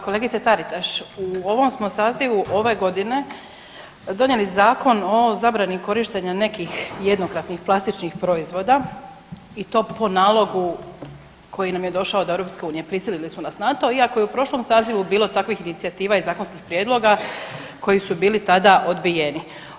Kolegice Taritaš u ovom smo sazivu ove godine donijeli zakon o zabrani korištenja nekih jednokratnih plastičnih proizvoda i to po nalogu koji nam je došao od EU, prisilili su nas na to iako je u prošlom sazivu bilo takvih inicijativa i zakonskih prijedloga koji su bili tada odbijeni.